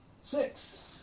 Six